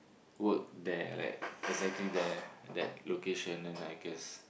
work there like exactly there that location then I guess